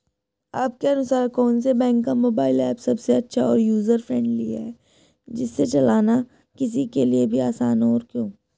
आपके अनुसार कौन से बैंक का मोबाइल ऐप सबसे अच्छा और यूजर फ्रेंडली है जिसे चलाना किसी के लिए भी आसान हो और क्यों?